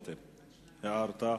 חבר הכנסת דודו רותם, הערת.